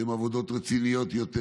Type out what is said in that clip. שהן עבודות רציניות יותר,